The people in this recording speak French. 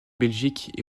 belgique